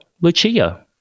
Lucia